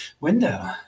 window